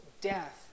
death